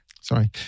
Sorry